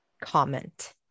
comment